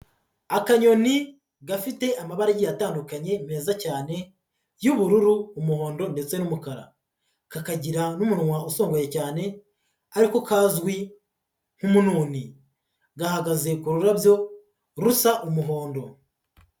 Akanyoni gafite amabara agiye atandukanye meza cyane, y'ubururu, umuhondo ndetse n'umukara. Kakagira n'umunwa usongoye cyane ari ko kazwi nk'umuni. Gahagaze ku rurabyo rusa umuhondo.